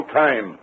time